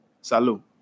salut